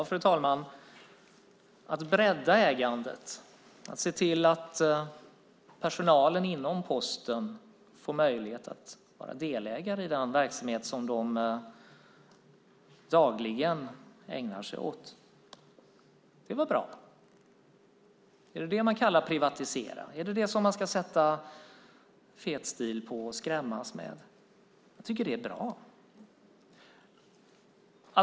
Fru talman! Att bredda ägandet och se till att personalen inom Posten får möjlighet att vara delägare i den verksamhet som de dagligen ägnar sig åt - det är väl bra? Är det vad man kallar att privatisera? Är det detta man ska sätta fetstil på och skrämmas med? Jag tycker att det här är bra.